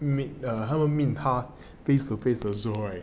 他们 meet err 他们 meet 他 face to face 的时候 right